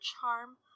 charm